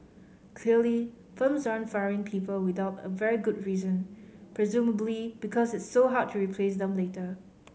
clearly firms aren't firing people without a very good reason presumably because it's so hard to replace them later